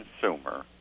consumer